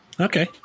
Okay